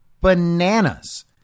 bananas